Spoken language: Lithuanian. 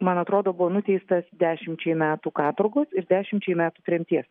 man atrodo buvo nuteistas dešimčiai metų katorgos ir dešimčiai metų tremties